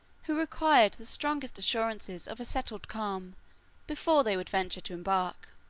who required the strongest assurances of a settled calm before they would venture to embark